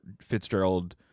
Fitzgerald